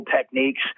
techniques